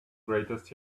greatest